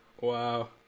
Wow